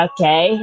Okay